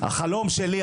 החלום שלי,